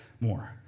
more